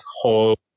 whole